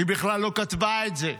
היא בכלל לא כתבה את זה,